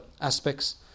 aspects